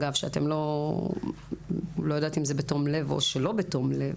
אגב, לא יודעת אם זה בתום לב או שלא בתום לב.